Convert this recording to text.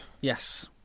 Yes